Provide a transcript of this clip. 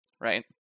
right